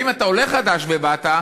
אבל אם אתה עולה חדש ובאת,